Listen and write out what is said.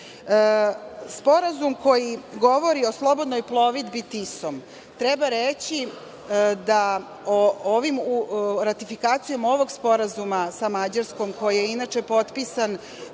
godine. Sporazum koji govori o slobodnoj plovidbi Tisom, treba reći da ratifikacijom ovog sporazuma sa Mađarskom, koji je inače potpisan